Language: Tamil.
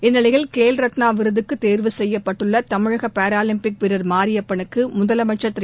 இந்நிலையில் கேல் ரத்னா விருதுக்கு தேர்வு செய்யப்பட்டுள்ள தமிழக பாராலிம்பிக் வீரர் மாரியப்பனுக்கு முதலமைச்சர் திரு